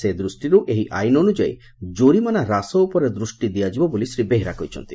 ସେ ଦୃଷ୍ଟିରୁ ଏହି ଆଇନ ଅନୁଯାୟୀ କୋରିମାନା ହ୍ରାସ ଉପରେ ଦୃଷ୍ଟି ଦିଆଯିବ ବୋଲି ଶ୍ରୀ ବେହେରା କହିଛନ୍ତି